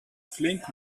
flink